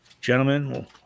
gentlemen